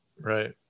right